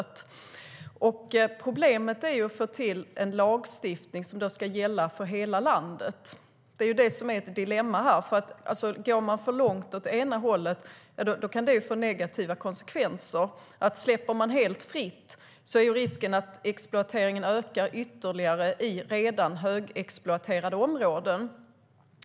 Problemet är att få till en lagstiftning som ska gälla för hela landet. Det är det som är dilemmat här. Går man för långt åt ena hållet kan det få negativa konsekvenser. Släpps det fritt är risken att exploateringen ökar ytterligare i redan högexploaterade områden.